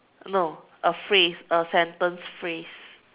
no a phrase a sentence phrase